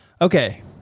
Okay